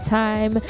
time